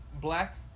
black